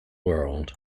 world